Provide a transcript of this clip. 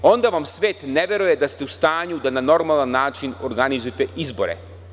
Onda vam svet ne veruje da ste u stanju da na normalan način organizujete izbore.